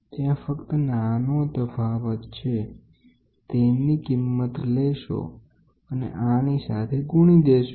ત્યાં ફક્ત નાનો તફાવત છે તેની કિંમત લેશો અને આની સાથે ગુણી દેશુ